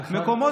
נכון.